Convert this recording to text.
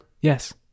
Yes